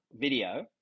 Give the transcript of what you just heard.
video